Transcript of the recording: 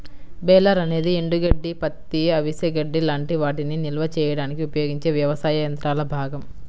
baler అనేది ఎండుగడ్డి, పత్తి, అవిసె గడ్డి లాంటి వాటిని నిల్వ చేయడానికి ఉపయోగించే వ్యవసాయ యంత్రాల భాగం